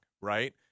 right